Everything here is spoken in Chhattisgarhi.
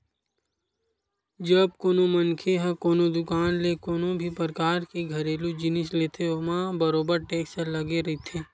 जब कोनो मनखे ह कोनो दुकान ले कोनो भी परकार के घरेलू जिनिस लेथे ओमा बरोबर टेक्स लगे रहिथे